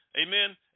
Amen